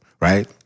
right